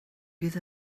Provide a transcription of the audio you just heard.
bydd